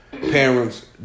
Parents